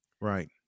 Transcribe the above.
Right